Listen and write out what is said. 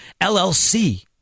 LLC